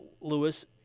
Lewis